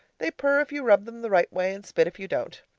they purr if you rub them the right way and spit if you don't.